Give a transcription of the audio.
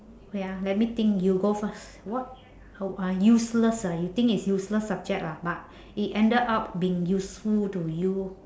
wait ah let me think you go first what ah useless ah you think is useless subject lah but it ended up being useful to you